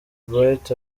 bright